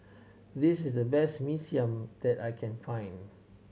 this is the best Mee Siam that I can find